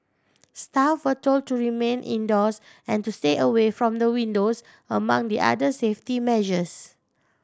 staff were told to remain indoors and to stay away from the windows among the other safety measures